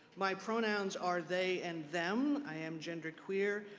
my pronouns are they and them. i am genderqueer,